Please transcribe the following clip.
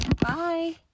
Bye